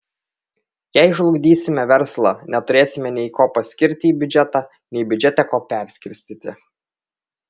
jei žlugdysime verslą neturėsime nei ko paskirti į biudžetą nei biudžete ko perskirstyti